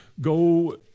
go